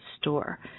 store